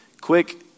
Quick